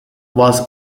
was